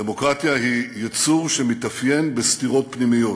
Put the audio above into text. דמוקרטיה היא יצור שמתאפיין בסתירות פנימיות.